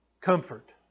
comfort